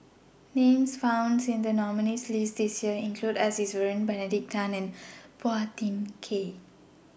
Names found in The nominees' list This Year include S Iswaran Benedict Tan and Phua Thin Kiay